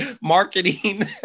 marketing